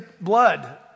blood